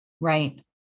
Right